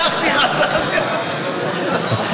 נכנסתי, יצאתי, נכנסתי.